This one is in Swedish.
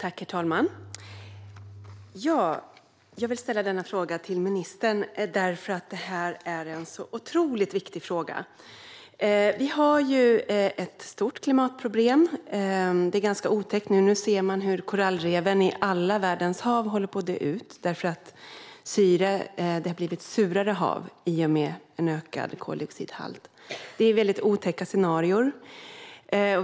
Herr talman! Jag ville ställa denna fråga till ministern eftersom den är så otroligt viktig. Vi har ett stort klimatproblem. Det är ganska otäckt att se hur korallreven i alla världens hav håller på att dö ut, därför att haven har blivit surare i och med en ökad koldioxidhalt. Det är otäcka scenarier.